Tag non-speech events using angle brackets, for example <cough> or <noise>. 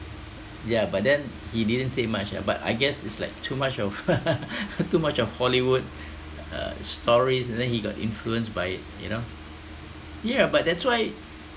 ya but then he didn't say much ah but I guess it's like too much of <laughs> too much of hollywood uh stories and then he got influenced by it you know yeah but that's why